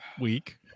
week